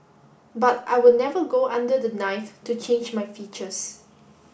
but I would never go under the knife to change my features